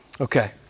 Okay